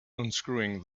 unscrewing